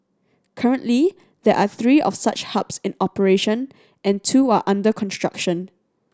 currently there are three of such hubs in operation and two are under construction